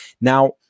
Now